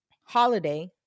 holiday